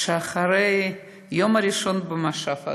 שאחרי היום הראשון במושב הזה,